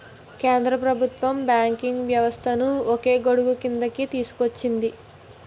కేంద్ర ప్రభుత్వం బ్యాంకింగ్ వ్యవస్థను ఒకే గొడుగుక్రిందికి తీసుకొచ్చింది